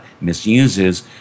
misuses